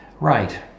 Right